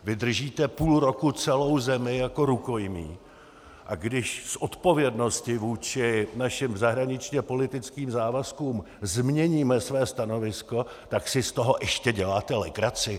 Vy držíte půl roku celou zemi jako rukojmí, a když z odpovědnosti vůči našim zahraničněpolitickým závazkům změníme své stanovisko, tak si z toho ještě děláte legraci?